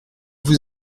vous